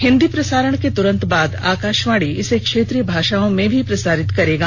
हिंदी प्रसारण के तुरंत बाद आकाशवाणी इसे क्षेत्रीय भाषाओं में भी प्रसारित करेगा